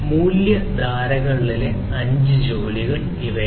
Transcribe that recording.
മൂല്യ ധാരകളിലെ അഞ്ച് ജോലികൾ ഇവയാണ്